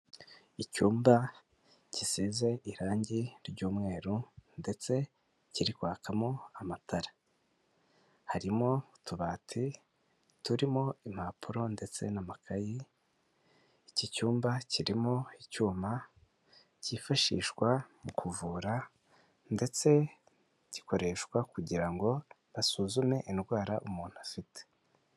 Icyumba gisize irangi ry'umweru ndetse kirirwakamo amatara, harimo utubati turimo impapuro ndetse n'amakayi, iki cyumba kirimo icyuma cyifashishwa mu kuvura ndetse gikoreshwa kugira ngo basuzume indwara umuntu afite.